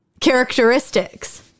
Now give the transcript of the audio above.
characteristics